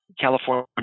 California